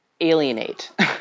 alienate